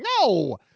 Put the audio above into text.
no